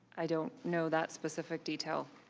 i don't know that specific detail.